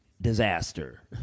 disaster